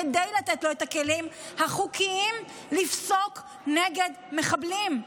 כדי לתת לו את הכלים החוקיים לפסוק נגד מחבלים.